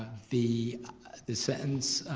the sentence,